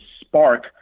spark